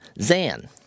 Zan